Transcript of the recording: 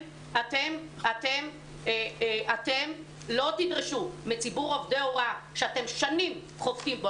אתם לא תדרשו מציבור עובדי ההוראה שאתם שנים חובטים בו.